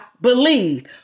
believe